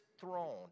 throne